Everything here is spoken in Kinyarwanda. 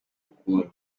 ukundi